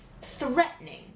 threatening